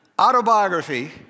autobiography